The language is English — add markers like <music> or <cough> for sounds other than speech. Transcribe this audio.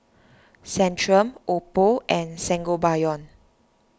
<noise> Centrum Oppo and Sangobion